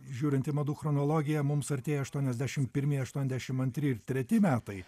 žiūrint į madų chronologiją mums artėja aštuoniasdešim pirmi aštuondešim antri ir treti metai